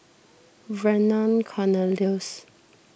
Vernon Cornelius